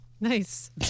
Nice